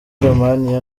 romania